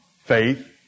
faith